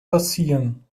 passieren